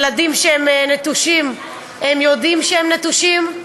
ילדים שהם נטושים יודעים שהם נטושים,